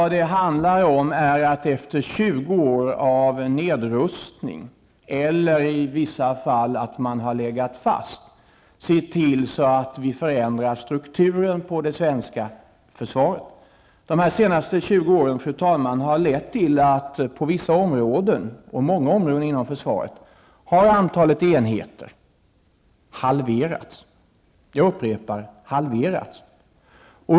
Det handlar om att efter 20 år av nedrustning -- eller i vissa fall stagnation -- se till att strukturen på det svenska försvaret förändras. De senaste 20 årens utveckling har lett till att antalet enheter på vissa områden inom försvaret -- och det gäller många områden -- halverats. Jag upprepar: halverats.